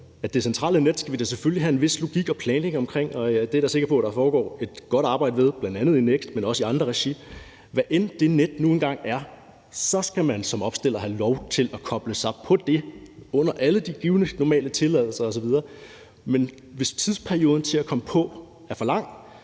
det centrale net skal vi da selvfølgelig have en vis logik og planlægning omkring, og det er jeg da også sikker på at der foregår et godt arbejde med, bl.a. i NEKST, men også i andre regi. Hvad det nu end er for et net, skal man som opstiller have lov til at koble sig på det under alle de givne normale tilladelser osv., men hvis tidsperioden til at komme på det er for lang,